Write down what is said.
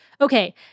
Okay